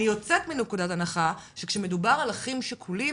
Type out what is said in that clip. אני יוצאת מנקודת הנחה שכשמדובר על אחים שכולים,